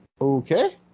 okay